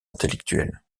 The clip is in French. intellectuels